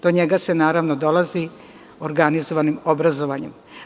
Do njega se, naravno, dolazi organizovanim obrazovanjem.